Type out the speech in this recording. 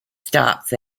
stops